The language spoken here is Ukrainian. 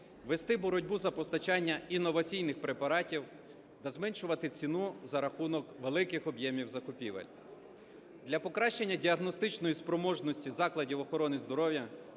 вести боротьбу за постачання інноваційних препаратів та зменшувати ціну за рахунок великих об'ємів закупівель. Для покращення діагностичної спроможності закладів охорони здоров'я